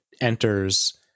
enters